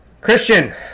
Christian